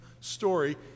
story